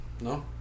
no